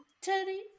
Teddy